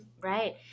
Right